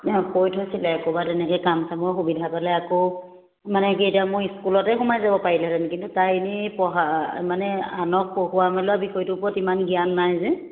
কৈ থৈছিলে ক'ৰবাত তেনেকে কাম চাঙৰ সুবিধা পালেই আকৌ মানে কি এতিয়া মই স্কুলতে সোমাই যাব পাৰিলহঁতেন কিন্তু তাই এনেই পঢ়া মানে আনক পঢ়োৱা মেলোৱা বিষয়টো ওপৰত ইমান জ্ঞান নাই যে